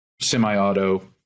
semi-auto